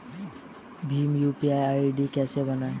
Bhim UPI ID कैसे बनाएं?